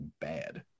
bad